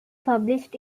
published